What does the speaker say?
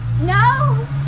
No